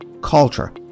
culture